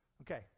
Okay